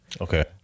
Okay